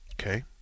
Okay